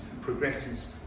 progresses